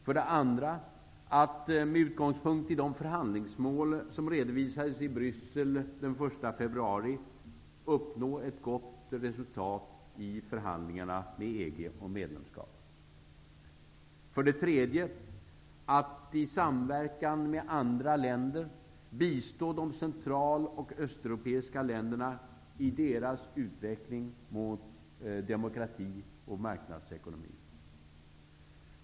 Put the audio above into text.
För det andra skall vi med utgångspunkt i de förhandlingsmål som redovisades i Bryssel den 1 februari uppnå ett gott resultat i förhandlingarna med EG om medlemskap. För det tredje skall vi i samverkan med andra länder bistå de central och östeuropeiska länderna i deras utveckling mot demokrati och marknadsekonomi.